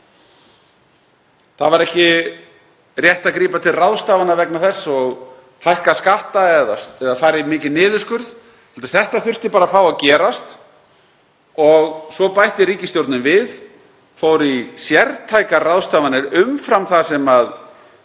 Það var ekki rétt að grípa til ráðstafana vegna þess og hækka skatta eða fara í mikinn niðurskurð heldur þurfti þetta bara að fá að gerast og svo bætti ríkisstjórnin við, fór í sértækar ráðstafanir umfram það sem